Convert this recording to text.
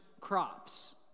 crops